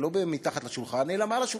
לא מתחת לשולחן אלא מעל השולחן.